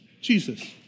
Jesus